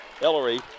Ellery